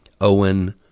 Owen